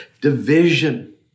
division